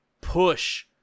push